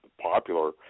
popular